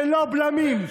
ללא בלמים,